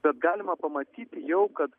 bet galima pamatyti jau kad